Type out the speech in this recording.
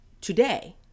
today